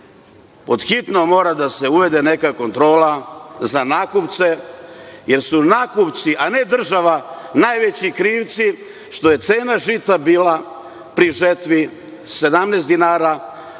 pod hitno mora da se uvede neka kontrola za nakupce jer su nakupci, a ne država, najveći krivci što je cena žita bila pri žetvi 17 dinara,